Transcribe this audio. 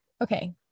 Okay